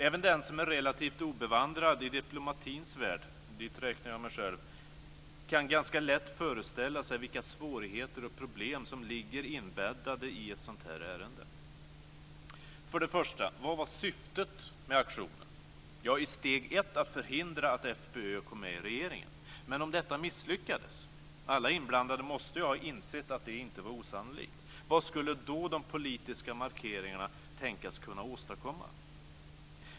Även den som är relativt obevandrad i diplomatins värld - dit räknar jag mig själv - kan ganska lätt föreställa sig vilka svårigheter och problem som ligger inbäddade i ett sådant ärende. För det första: Vad var syftet med aktionen? I steg 1 var det att förhindra att FPÖ kom med i regeringen. Men vad skulle de politiska markeringarna tänkas kunna åstadkomma om detta misslyckades? Alla inblandade måste ha insett att det inte var osannolikt.